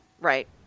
Right